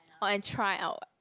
orh and try out [what]